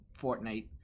Fortnite